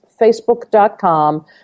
facebook.com